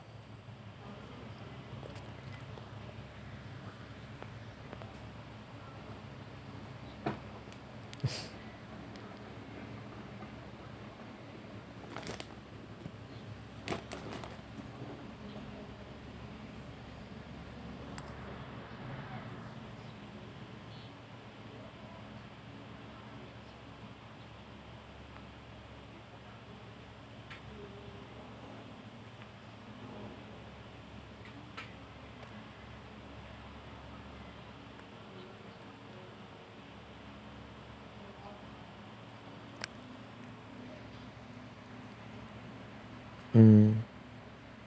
um